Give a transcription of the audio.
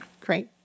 Great